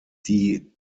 die